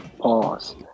Pause